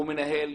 הוא מנהל,